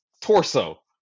torso